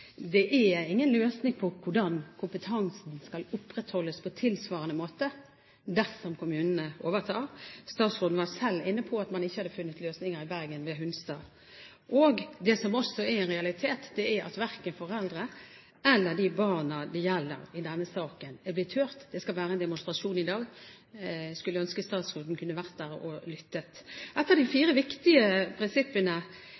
Det er ingen løsning på hvordan kompetansen skal opprettholdes på tilsvarende måte dersom kommunene overtar. Statsråden var selv inne på at man ikke hadde funnet løsninger i Bergen ved Hunstad. Det som også er en realitet, er at verken foreldre eller de barna det gjelder i denne saken, er blitt hørt. Det skal være en demonstrasjon i dag. Jeg skulle ønske at statsråden kunne vært der og lyttet. Ett av de